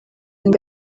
ngo